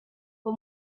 for